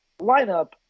lineup